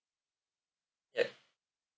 ya